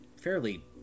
fairly